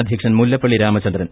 അധ്യക്ഷൻ മുല്ലപ്പള്ളി രാമചന്ദ്രൻ